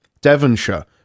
Devonshire